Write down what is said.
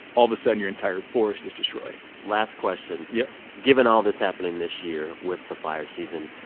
all of a sudden, your entire forest is destroyed last question yep given all this happening this year with the fire season,